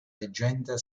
leggenda